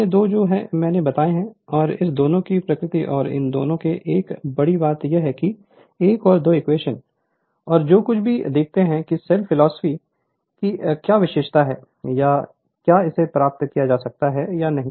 अन्य दो जो मैंने बताए हैं और इन दोनों की प्रकृति और इन दोनों में एक बड़ी बात यह है कि 1 या 2 इक्वेशन और जो कुछ भी देखते हैं कि सेल फिलॉसफी कि क्या विशेषता है या क्या इसे प्राप्त किया जा सकता है या नहीं